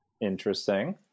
Interesting